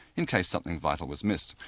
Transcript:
in case something vital was missed.